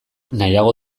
nahiago